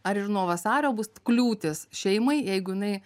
ar ir nuo vasario bus kliūtys šeimai jeigu jinai